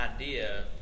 idea